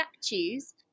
statues